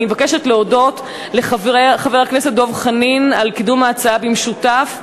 אני מבקשת להודות לחבר הכנסת דב חנין על קידום ההצעה במשותף.